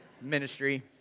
ministry